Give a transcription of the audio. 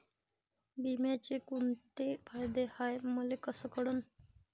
बिम्याचे कुंते फायदे हाय मले कस कळन?